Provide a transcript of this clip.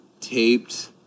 taped